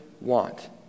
want